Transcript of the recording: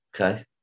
Okay